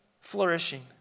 flourishing